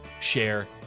share